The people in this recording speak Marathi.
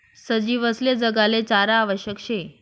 सजीवसले जगाले चारा आवश्यक शे